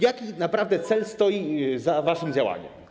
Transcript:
Jaki naprawdę cel stoi za waszym działaniem?